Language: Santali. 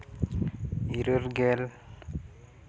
ᱤᱨᱟᱹᱞ ᱜᱮᱞ